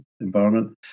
environment